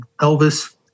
Elvis